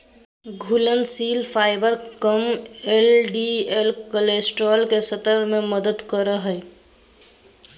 घुलनशील फाइबर कम LDL cholesterol के स्तर में मदद करो हइ